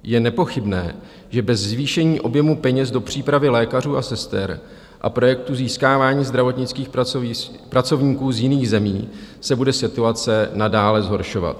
Je nepochybné, že bez zvýšení objemu peněz do přípravy lékařů a sester a projektů získávání zdravotnických pracovníků z jiných zemí se bude situace nadále zhoršovat.